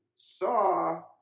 saw